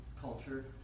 culture